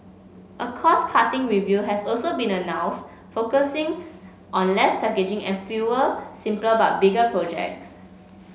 a cost cutting review has also been announced focusing on less packaging and fewer simpler but bigger projects